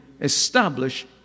establish